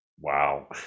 Wow